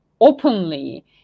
openly